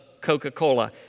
Coca-Cola